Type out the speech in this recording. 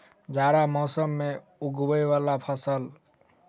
जाड़ा मौसम मे उगवय वला फसल?